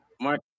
Mark